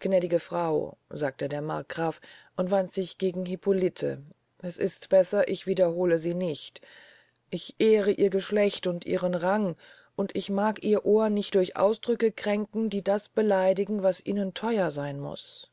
gnädige frau sagte der markgraf und wandte sich gegen hippolite es ist besser ich wiederhole sie nicht ich ehre ihr geschlecht und ihren rang und mag ihr ohr nicht durch ausdrücke kränken die das beleidigen was ihnen theuer seyn muß